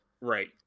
Right